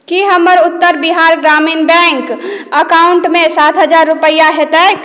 की हमर उत्तर बिहार ग्रामीण बैंक अकाउंटमे सात हजार रूपैआ हेतैक